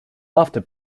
after